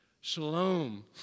Shalom